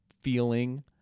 feeling